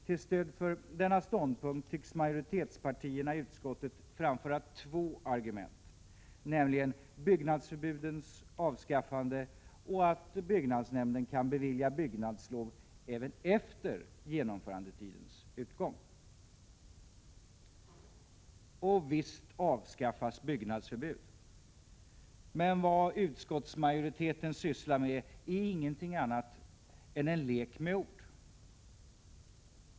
Till stöd för denna ståndpunkt tycks majoritetspartierna i utskottet framföra två argument, nämligen att byggnadsförbuden avskaffas och att byggnadsnämnden kan bevilja byggnadslov även efter genomförandetidens utgång. Visst avskaffas begreppet ”byggnadsförbud”. Men vad utskottsmajoriteten sysslar med är ingenting annat än en lek med ord.